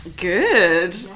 good